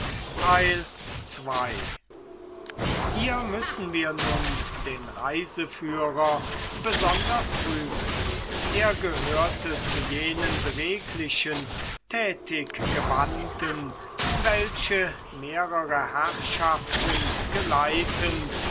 hier müssen wir nun den reiseführer besonders rühmen er gehörte zu jenen beweglichen tätig gewandten welche mehrere herrschaften geleitend